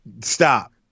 Stop